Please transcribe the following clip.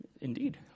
Indeed